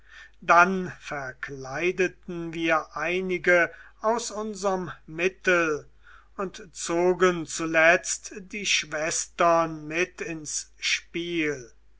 dann verkleideten wir einige aus unserm mittel und zogen zuletzt die schwestern mit ins spiel